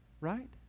Right